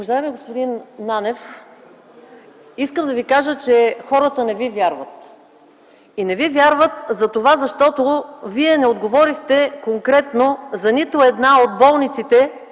Уважаеми господин Нанев, искам да Ви кажа, че хората не Ви вярват. И не Ви вярват, защото Вие не отговорихте конкретно за нито една от болниците,